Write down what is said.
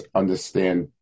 understand